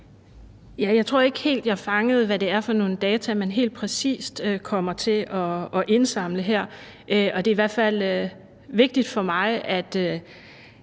Jeg tror ikke helt, at jeg fangede, hvad det er for nogle data, man helt præcis kommer til at indsamle her. Og det er i hvert fald vigtigt for mig, at